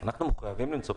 אנחנו מעוניינים למצוא פתרון.